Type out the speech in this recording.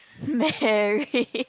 Mary